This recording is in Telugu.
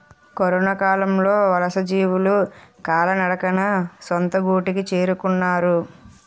కరొనకాలంలో వలసజీవులు కాలినడకన సొంత గూటికి చేరుకున్నారు